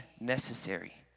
necessary